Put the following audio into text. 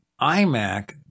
iMac